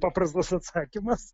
paprastas atsakymas